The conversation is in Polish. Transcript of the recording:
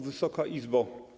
Wysoka Izbo!